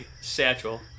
satchel